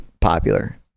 popular